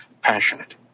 passionate